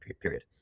period